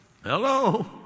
Hello